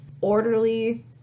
orderly